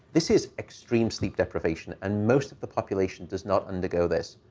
this is extreme sleep deprivation, and most of the population does not undergo this.